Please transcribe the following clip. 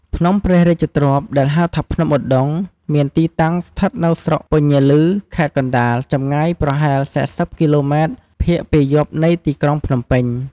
ភ្នំព្រះរាជទ្រព្យ ដែលហៅថា ភ្នំឧត្តុង្គ មានទីតាំង ស្ថិតនៅស្រុកពញាឮ ខេត្តកណ្ដាល ចម្ងាយប្រហែល ៤០ គីឡូម៉ែត្រភាគពាយព្យនៃទីក្រុងភ្នំពេញ។